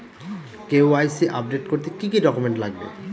KYC update করতে কি কি ডকুমেন্টস লাগবে?